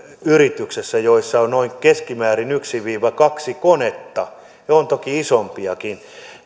yrityksessä joissa on keskimäärin noin yksi viiva kaksi konetta on toki isompiakin